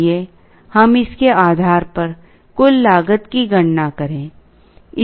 आइए हम इसके आधार पर कुल लागत की गणना करें